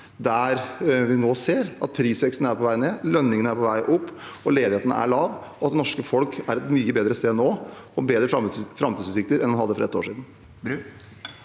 der vi nå ser at prisveksten er på vei ned, at lønningene er på vei opp, at ledigheten er lav, og at det norske folk er på et mye bedre sted nå og har bedre framtidsutsikter enn en hadde for ett år siden.